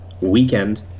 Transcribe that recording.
weekend